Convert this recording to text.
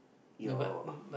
your